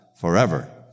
forever